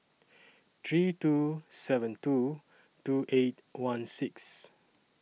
three two seven two two eight one six